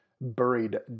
buried